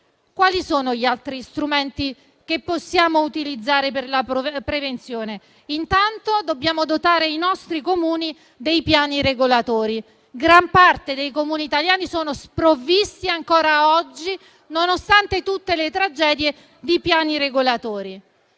Quali sono gli altri strumenti che possiamo utilizzare per la prevenzione? Intanto dobbiamo dotare i nostri Comuni di piani regolatori; gran parte dei Comuni italiani sono sprovvisti ancora oggi, nonostante tutte le tragedie, di piani regolatori.